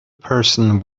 person